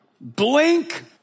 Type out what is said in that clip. blink